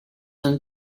and